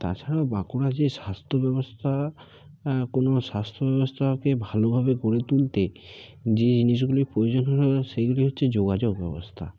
তাছাড়াও বাঁকুড়ার যে স্বাস্থ্য ব্যবস্থা কোনো স্বাস্থ্য ব্যবস্থাকে ভালোভাবে গড়ে তুলতে যে জিনিসগুলির প্রয়োজন হয় সেইগুলি হচ্ছে যোগাযোগ ব্যবস্থা